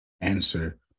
answer